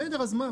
בסדר, אז מה?